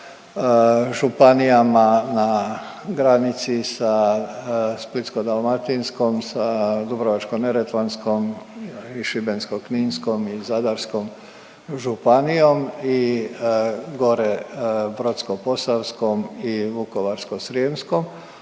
županijama na granici sa Splitsko-dalmatinskom, sa Dubrovačko-neretvanskom i Šibensko-kninskom i Zadarskom županijom i gore Brodsko-posavskom i Vukovarsko-srijemskom.